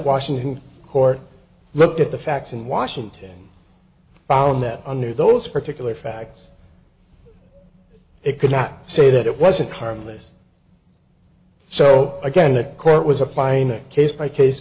washington court look at the facts in washington found that under those particular facts they could not say that it wasn't harmless so again the court was applying a case by case